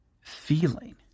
feeling